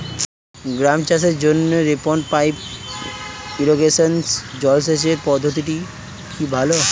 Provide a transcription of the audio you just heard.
গম চাষের জন্য রেইন পাইপ ইরিগেশন জলসেচ পদ্ধতিটি কি ভালো?